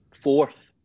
fourth